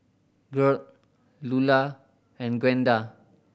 Gearld Lulla and Gwenda